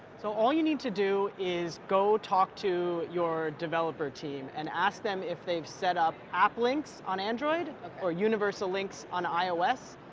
so all you need to do is go talk to your developer team and ask them if they've set up app links on android or universal links on ios.